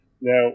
now